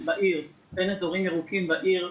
ואין אזורים ירוקים בעיר,